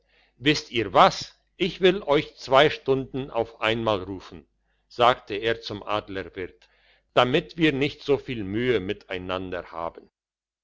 wisst ihr was ich will euch zwei stunden auf einmal rufen sagte er zum adlerwirt damit wir nicht so viel mühe miteinander haben